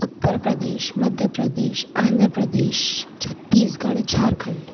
Uttar Pradesh Madhya Pradesh Andhra Pradesh Chhattisgarh Jharkhand